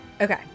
okay